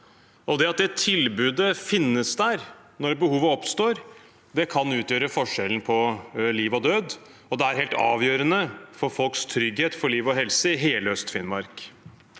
det tilbudet finnes der når behovet oppstår, kan utgjøre forskjellen på liv og død, og det er helt avgjørende for folks trygghet for liv og helse i hele ØstFinnmark.